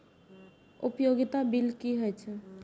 उपयोगिता बिल कि छै?